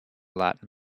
latin